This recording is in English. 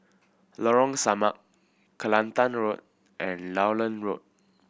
Lorong Samak Kelantan Road and Lowland Road